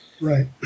Right